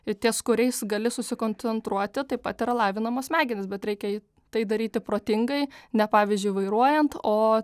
ties kuriais gali susikoncentruoti taip pat yra lavinamos smegenys bet reikia tai daryti protingai ne pavyzdžiui vairuojant o